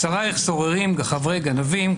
שרייך סוררים חברי גנבים,